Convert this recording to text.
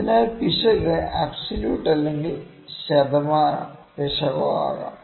അതിനാൽ പിശക് അബ്സോല്യൂട്ട് അല്ലെങ്കിൽ ശതമാനം പിശകോ ആകാം